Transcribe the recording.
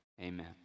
Amen